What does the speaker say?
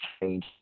Change